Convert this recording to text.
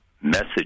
message